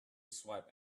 swipe